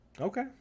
Okay